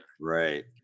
Right